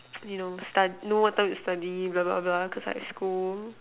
you know study know what time you study blah blah blah because like school